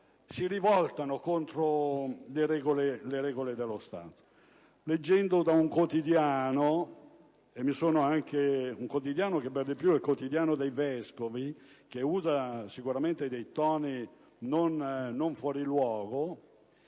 si rivoltano contro le regole dello Stato.